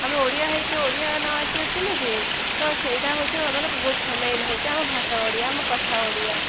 ଆମେ ଓଡ଼ିଆ ହେଇକି ଓଡ଼ିଆ ନ ଆସିବେ କେମିତି ତ ସେଇଟା ହେଉଛି ଆମର ମୁଖ୍ୟ ମେନ୍ ହେଉଛି ଆମ ଭାଷା ଓଡ଼ିଆ ଆମ କଥା ଓଡ଼ିଆ